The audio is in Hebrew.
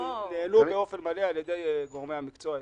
הן נענו באופן מלא על ידי גורמי המקצוע אתמול.